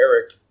Eric